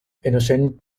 innocent